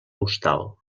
hostal